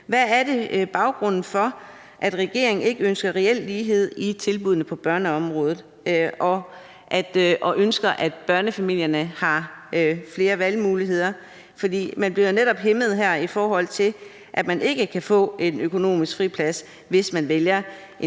der er baggrunden for, at regeringen ikke ønsker reel lighed i tilbuddene på børneområdet, og at børnefamilierne har flere valgmuligheder? For man bliver jo netop hæmmet, i forhold til at man ikke kan få en økonomisk friplads, hvis man vælger et